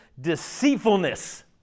deceitfulness